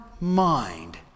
mind